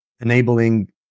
enabling